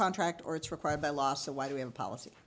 contract or it's required by law so why do we have a policy